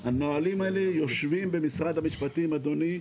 הנהלים האלה יושבים במשרד המשפטים אדוני,